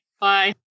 Bye